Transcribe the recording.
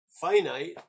finite